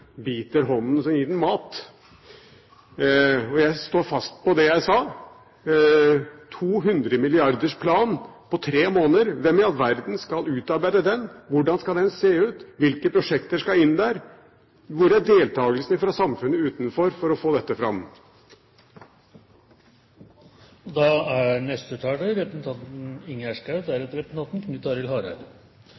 biter hånden som gir den mat. Jeg står fast på det jeg sa om en tohundremilliardersplan på tre måneder. Hvem i all verden skal utarbeide den? Hvordan skal den se ut? Hvilke prosjekter skal inn der? Hvor er deltakelsen fra samfunnet utenfor for å få dette fram? Representanten Ingjerd Schou